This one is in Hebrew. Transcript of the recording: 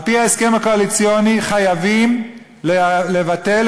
על-פי ההסכם הקואליציוני חייבים לבטל